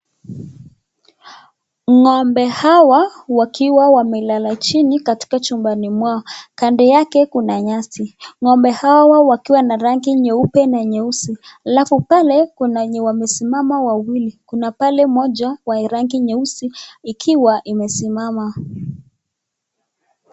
Ngombe hawa wakiwa wamelala chini katika chumbani mwao. Kando yake kuna nyasi, ngombe hawa wakiwa na rangi nyeupe na nyeusi alafu pale kuna wenye wamesimama wawili kuna pale moja wa rangi nyeusi ikiwa imesimama.